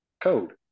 code